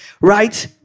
right